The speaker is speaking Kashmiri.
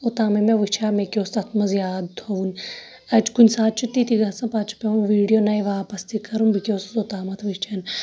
اوٚتامٕے مےٚ وٕچھِ ہا مےٚ کیاہ اوس تَتھ منٛز یاد تھاوُن اتہِ چھُ کُنہِ ساتہٕ چھُ تِتہِ گَژھان پَتہٕ چھُ پیوان ویٖڈیو نَیہِ واپَس تہِ کَرُن بہٕ کیاہ اوسُس اوتامَتھ وٕچھان